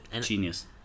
Genius